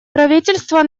правительство